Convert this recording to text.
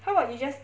how about you just